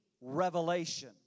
revelation